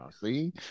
See